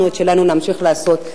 אנחנו את שלנו נמשיך לעשות,